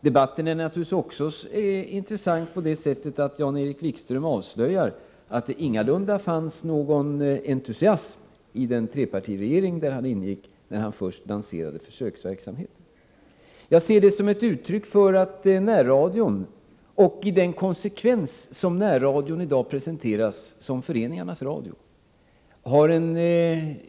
Debatten är naturligtvis också intressant på det sättet att Jan-Erik Wikström avslöjar att det ingalunda fanns någon entusiasm i den trepartiregering som han ingick i när har först lanserade försöksverksamheten. Jag ser det som ett uttryck för att närradion —- som i dag presenteras som föreningarnas radio — har en